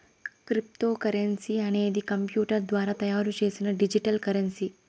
cryptocurrency అనేది computer ద్వారా తయారు చేసిన డిజిటల్ కరెన్సీ